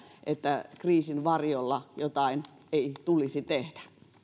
että kriisin varjolla jotain ei tulisi tehdä